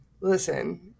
Listen